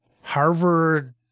Harvard